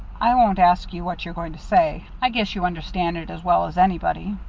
i won't ask you what you're going to say. i guess you understand it as well as anybody.